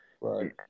Right